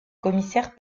commissaire